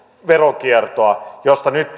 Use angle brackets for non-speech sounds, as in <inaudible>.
veronkiertoa josta nyt <unintelligible>